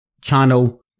channel